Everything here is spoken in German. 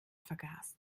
vergaß